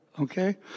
okay